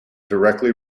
directly